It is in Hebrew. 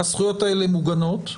הזכויות האלה מוגנות,